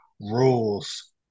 rules